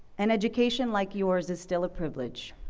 an education like yours is still a privilege,